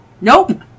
Nope